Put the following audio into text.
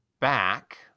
back